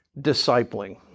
discipling